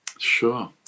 Sure